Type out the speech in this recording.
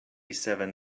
seven